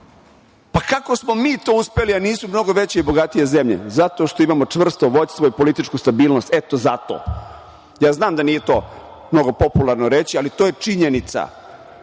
Kako smo mi to uspeli a nisu mnogo veće i bogatije zemlje? Zato što imamo čvrsto vođstvo i političku stabilnost, eto zato. Ja znam da nije to mnogo popularno reći, ali to je činjenica.